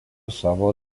savo